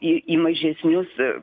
į į mažesnius i